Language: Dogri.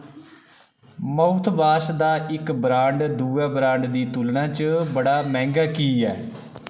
माउथवाश दा इक ब्रांड दुए ब्रांड दी तुलना च बड़ा मैंह्गा की ऐ